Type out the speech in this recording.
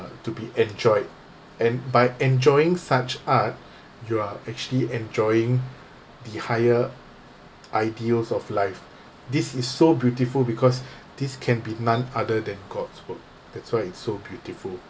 to be enjoyed and by enjoying such art you are actually enjoying the higher ideals of life this is so beautiful because this can be none other than god's work that's why it's so beautiful